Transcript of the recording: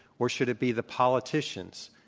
or should it be the politicians?